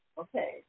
Okay